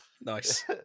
Nice